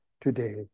today